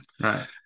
Right